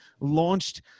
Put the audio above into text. launched